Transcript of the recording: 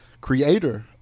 creator